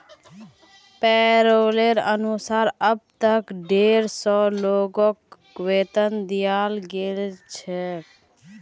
पैरोलेर अनुसार अब तक डेढ़ सौ लोगक वेतन दियाल गेल छेक